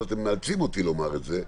אבל אתם מאלצים אותי לומר את זה.